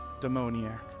demoniac